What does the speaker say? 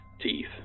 teeth